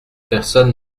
personne